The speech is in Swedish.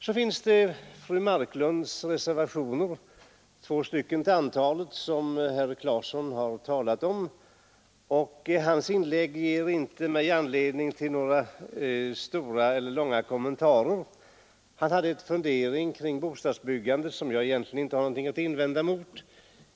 Sedan har vi fru Marklunds två reservationer, som herr Claeson här har talat om. Hans inlägg ger mig inte anledning till några långa kommentarer. Han hade en fundering kring bostadsbyggandet som jag egentligen inte fann något att invända mot.